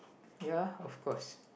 ya of course